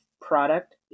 product